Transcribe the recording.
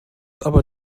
aber